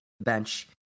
bench